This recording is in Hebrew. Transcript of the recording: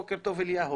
בוקר טוב אליהו,